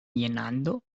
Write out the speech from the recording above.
llenando